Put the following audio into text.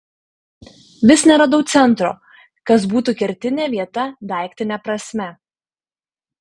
vis neradau centro kas būtų kertinė vieta daiktine prasme